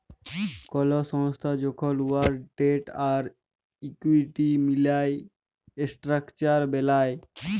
call সংস্থা যখল উয়ার ডেট আর ইকুইটি মিলায় ইসট্রাকচার বেলায়